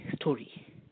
story